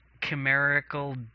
chimerical